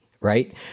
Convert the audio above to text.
Right